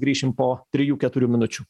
grįšim po trijų keturių minučių